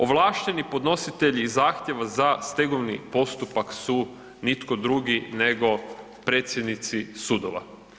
Ovlašteni podnositelji zahtjeva za stegovni postupak su nitko drugi, nego predsjednici sudova.